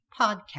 Podcast